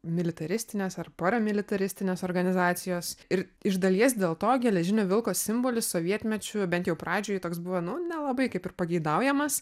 militaristinės ar paramilitaristinės organizacijos ir iš dalies dėl to geležinio vilko simbolis sovietmečiu bent jau pradžioj toks buvo nu nelabai kaip ir pageidaujamas